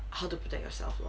how to protect yourself lor